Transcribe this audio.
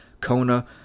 Kona